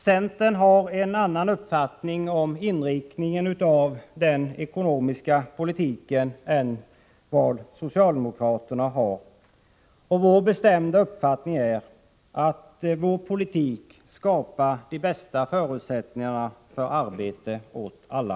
Centern har en annan uppfattning om inriktningen av den ekonomiska politiken än vad socialdemokraterna har. Vår bestämda uppfattning är att centerns politik skapar de bästa förutsättningarna för arbete åt alla.